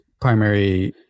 primary